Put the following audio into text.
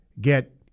get